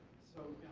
so